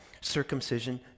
Circumcision